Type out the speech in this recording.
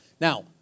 Now